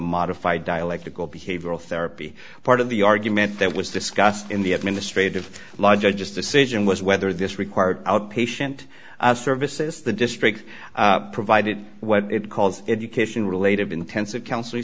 modified dialectical behavioral therapy part of the argument that was discussed in the administrative law judge decision was whether this required outpatient services the district provided what it called education related intensive counseling